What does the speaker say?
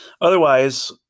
Otherwise